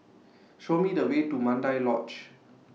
Show Me The Way to Mandai Lodge